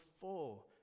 full